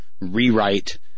rewrite